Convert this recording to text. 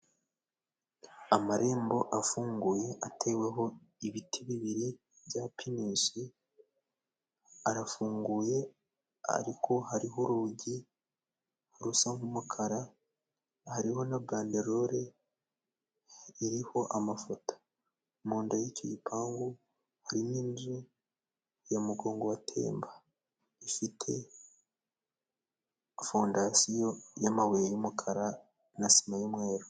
Amarembo afunguye atewe ho ibiti bibiri bya pinusi ,arafunguye ariko hari ho urugi rusa nk'umukara ,hariho na bandelole iriho amafoto. Mu nda y'icyo gipangu, harimo inzu ya mugongo batemba. Ifite fondasiyo y'amabuye y'umukara, na sima y'umweru.